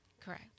correct